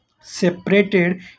separated